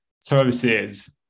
services